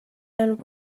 and